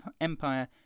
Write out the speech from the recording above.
Empire